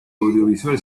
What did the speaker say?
audiovisual